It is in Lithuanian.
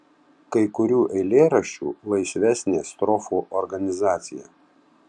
kai kurių eilėraščių laisvesnė strofų organizacija